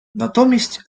натомість